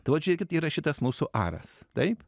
tai vat žiūrėkit yra šitas mūsų aras taip